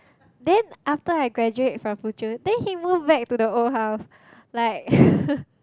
then after I graduate from Fuchun then he moved back to the old house like